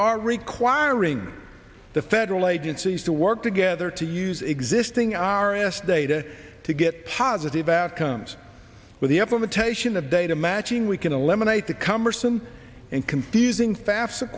are requiring the federal agencies to work together to use existing r s data to get positive outcomes with the implementation of data matching we can eliminate the cumbersome and confusing fa